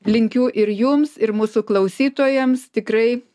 linkiu ir jums ir mūsų klausytojams tikrai